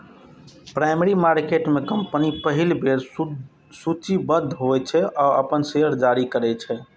primary market में company पहिल बेर सूचीबद्ध होइ छै आ अपन शेयर जारी करै छै